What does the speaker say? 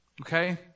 Okay